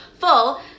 full